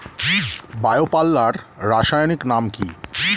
Bio পাল্লার রাসায়নিক নাম কি?